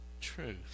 truth